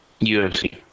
UFC